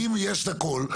אם יש את הכל,